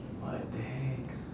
what the heck